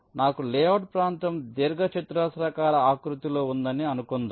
నాకు లేఅవుట్ ప్రాంతం దీర్ఘచతురస్రాకార ప్రకృతిలో ఉందని అనుకుందాం